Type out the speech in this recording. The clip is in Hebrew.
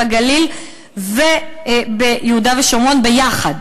בגליל וביהודה ושומרון ביחד.